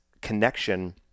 connection